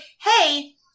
hey